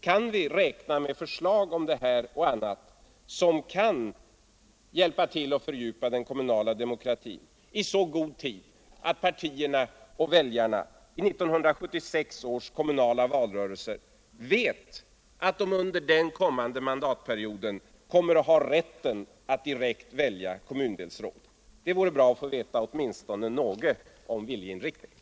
Kan vi räkna med förslag om detta och annat som kan fördjupa den kommunala demokratin i så god tid att partier och väljare i 1976 års kommunala valrörelser vet att de under mandatperioden kommer att ha rätten att direkt välja kommundelsråd? Det vore bra att få veta åtminstone något om viljeinriktningen.